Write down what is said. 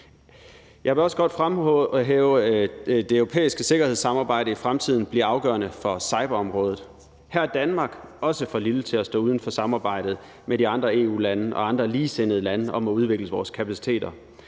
Jeg vil også godt fremhæve, at det europæiske sikkerhedssamarbejde i fremtiden bliver afgørende for cyberområdet. Her er Danmark også for lille til at stå uden for samarbejdet med de andre EU-lande og andre ligesindede lande om at udvikle vores kapaciteter.